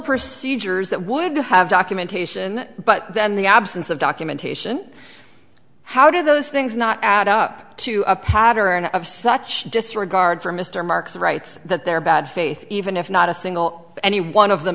procedures that would have documentation but then the absence of documentation how do those things not add up to a pattern of such disregard for mr marks of rights that they're bad faith even if not a single any one of them